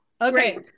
Okay